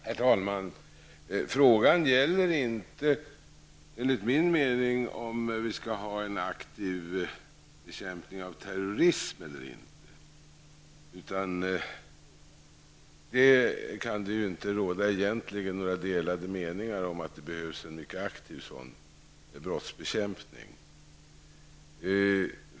Herr talman! Enligt min mening handlar inte frågan om huruvida vi skall ha en aktiv bekämpning av terrorism eller inte. Det kan egentligen inte råda några delade meningar om att det behövs en mycket aktiv sådan brottsbekämpning.